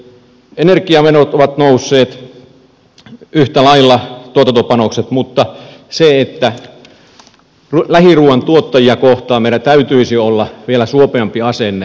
energiamenot ovat nousseet yhtä lailla tuotantopanokset mutta lähiruuan tuottajia kohtaan meidän täytyisi olla vielä suopeampi asenne